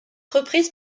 reprise